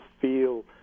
feel